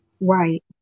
Right